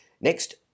Next